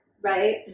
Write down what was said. right